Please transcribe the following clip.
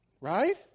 Right